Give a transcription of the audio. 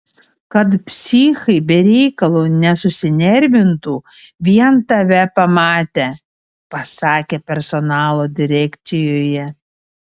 kad psichai be reikalo nesusinervintų vien tave pamatę pasakė personalo direkcijoje